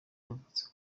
yavuze